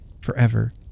forever